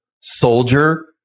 soldier